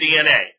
DNA